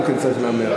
גם כן צריך להיאמר.